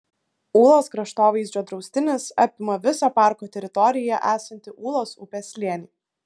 ūlos kraštovaizdžio draustinis apima visą parko teritorijoje esantį ūlos upės slėnį